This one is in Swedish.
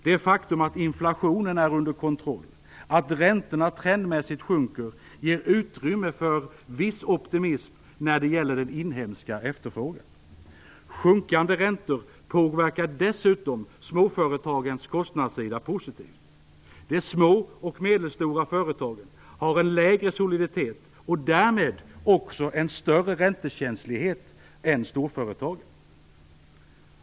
Det faktum att inflationen är under kontroll och att räntorna trendmässigt sjunker ger utrymme för viss optimism när det gäller den inhemska efterfrågan. Sjunkande räntor påverkar dessutom småföretagens kostnadssida positivt. De små och medelstora företagen har lägre soliditet, och därmed också större räntekänslighet, än storföretagen.